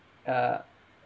uh